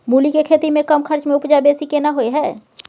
मूली के खेती में कम खर्च में उपजा बेसी केना होय है?